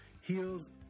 heals